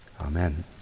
Amen